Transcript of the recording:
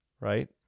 Right